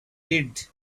did